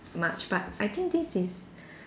much but I think this is